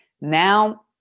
Now